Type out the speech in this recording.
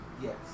Yes